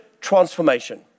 transformation